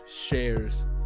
shares